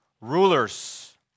rulers